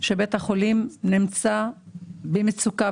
החולים נמצא במצוקה.